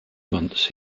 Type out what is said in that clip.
months